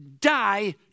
die